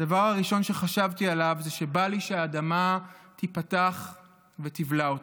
הדבר הראשון שחשבתי עליו זה שבא לי שהאדמה תיפתח ותבלע אותי.